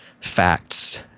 facts